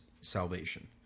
salvation